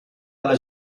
alla